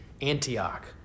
Antioch